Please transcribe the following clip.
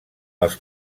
els